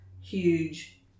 huge